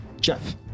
Jeff